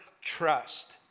trust